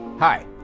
Hi